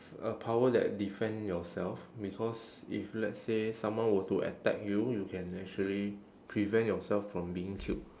a power that defend yourself because if let's say someone were to attack you you can actually prevent yourself from being killed